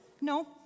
no